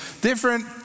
different